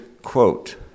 Quote